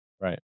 Right